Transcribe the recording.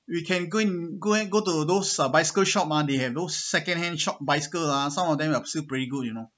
you can go in go and go to those uh bicycle shop ah they have those second hand shop bicycle ah some of them are still very good you know